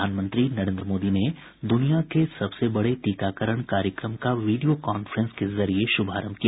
प्रधानमंत्री नरेन्द्र मोदी ने दुनिया के सबसे बड़े टीकाकरण कार्यक्रम का वीडियो कांफ्रेंसिंग के जरिए शुभारंभ किया